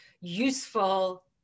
useful